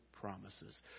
promises